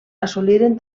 assoliren